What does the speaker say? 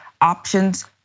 options